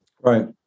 Right